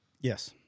Yes